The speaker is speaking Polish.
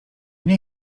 nie